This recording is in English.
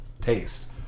taste